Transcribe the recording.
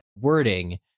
wording